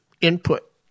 input